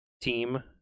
team